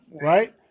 right